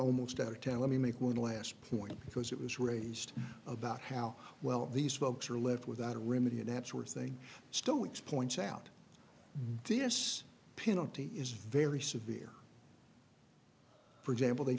almost out of town let me make one last point because it was raised about how well these folks are left without a remedy and that's where thing stoics points out this penalty is very severe for example they